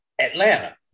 Atlanta